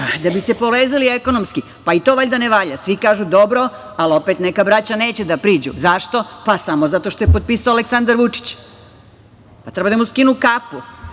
da bi se povezali ekonomski. Pa, i to valjda ne valja, svi kažu dobro, ali opet neka braća da priđu. Zašto? Zato što ga je potpisao Aleksandar Vučić. Treba da mu skinu kapu.